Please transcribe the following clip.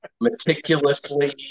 meticulously